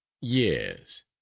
Yes